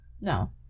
no